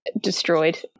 destroyed